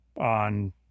on